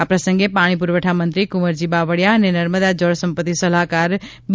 આ પ્રસંગે પાણી પ્રરવઠા મંત્રી કુંવરજી બાવળીયા અને નર્મદા જળ સંપત્તિ સલાહકાર બી